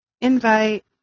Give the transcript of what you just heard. Invite